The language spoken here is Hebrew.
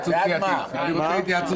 אני רוצה התייעצות